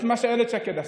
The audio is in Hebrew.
את מה שאילת שקד עשתה.